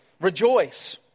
Rejoice